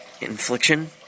infliction